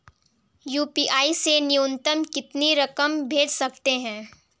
UPI से न्यूनतम कितनी रकम भेज सकते हैं?